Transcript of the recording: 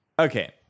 Okay